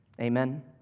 Amen